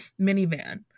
minivan